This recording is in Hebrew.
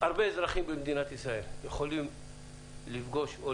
הרבה אזרחים במדינת ישראל יכולים לפגוש או